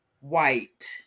white